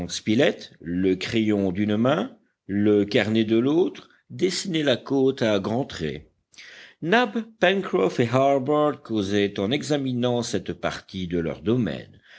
le crayon d'une main le carnet de l'autre dessinait la côte à grands traits nab pencroff et harbert causaient en examinant cette partie de leur domaine